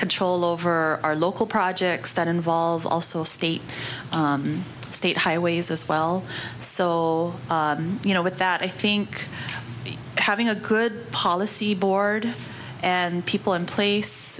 control over our local projects that involve also state state highways as well so you know with that i think having a good policy board and people in place